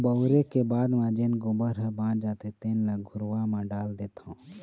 बउरे के बाद म जेन गोबर ह बाच जाथे तेन ल घुरूवा म डाल देथँव